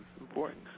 important